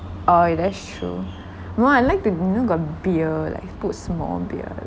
oh that's true no I like to you know got beer like put small beer